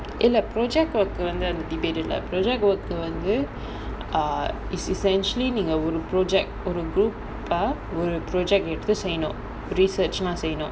இல்ல:illa project work வந்து அந்த:vanthu antha debate இல்ல:illa project work வந்து:vanthu is essentially நீங்க ஒரு:neenga oru project for a group eh project எடுத்து:eduthu research eh செய்யனும்:seiyanum